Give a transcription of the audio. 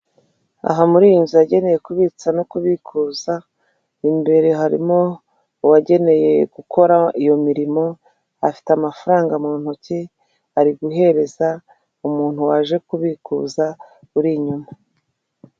Aha muri iyi nzu yagenewe kubitsa no kubikuza imbere harimo uwageneye gukora iyo mirimo afite amafaranga mu ntoki ari guhereza umuntu waje kubikuza uri inyuma.